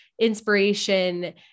inspiration